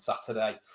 Saturday